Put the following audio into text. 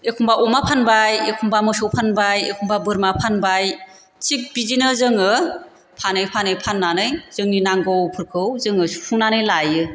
एखमबा अमा फानबाय एखमबा मोसौ फानबाय एखमबा बोरमा फानबाय थिग बिदिनो जोङो फानै फानै फान्नानै जोंनि नांगौफोरखौ जोङो सुफुंनानै लायो